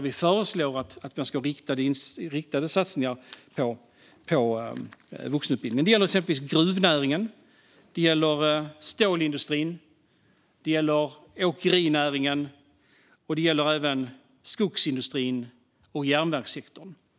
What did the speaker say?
Vi föreslår att man ska ha riktade satsningar på vuxenutbildningen. Det gäller till exempel gruvnäringen. Det gäller stålindustrin. Det gäller åkerinäringen. Det gäller även skogsindustrin och järnvägssektorn.